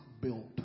built